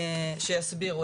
שיסבירו.